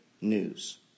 news